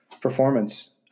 performance